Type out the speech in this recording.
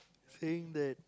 saying that